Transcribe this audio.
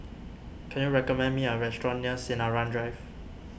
can you recommend me a restaurant near Sinaran Drive